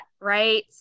right